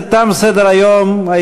אם